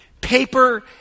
paper